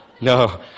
no